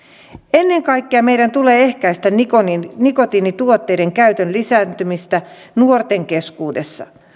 ennen kaikkea meidän tulee ehkäistä nikotiinituotteiden käytön lisääntymistä nuorten keskuudessa